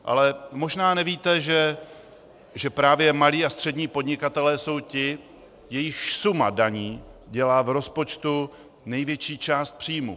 Ale možná nevíte, že právě malí a střední podnikatelé jsou ti, jejichž suma daní dělá v rozpočtu největší část příjmů.